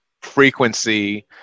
frequency